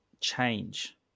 change